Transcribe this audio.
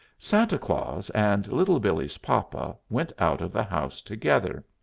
santa claus and little billee's papa went out of the house together.